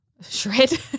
shred